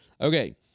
Okay